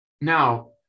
Now